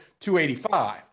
285